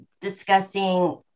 discussing